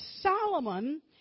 Solomon